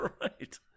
Right